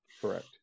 Correct